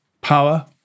power